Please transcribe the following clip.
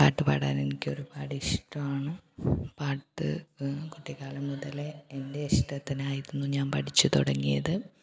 പാട്ട് പാടാൻ എനിക്ക് ഒരുപാട് ഇഷ്ടമാണ് പാട്ട് കുട്ടിക്കാലം മുതലേ എൻ്റെ ഇഷ്ടത്തിനായിരുന്നു ഞാൻ പഠിച്ച് തുടങ്ങിയത്